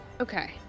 okay